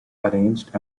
arranged